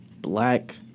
black